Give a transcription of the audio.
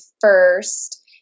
first